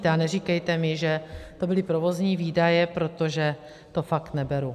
A neříkejte mi, že to byly provozní výdaje, protože to fakt neberu.